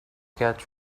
catch